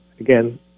again